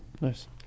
Nice